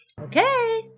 Okay